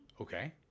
Okay